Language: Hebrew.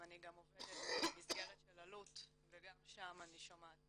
אני גם עובדת במסגרת של אלו"ט וגם שם אני שומעת